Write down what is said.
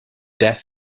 death